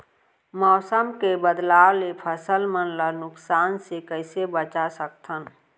मौसम के बदलाव ले फसल मन ला नुकसान से कइसे बचा सकथन?